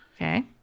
Okay